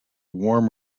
warm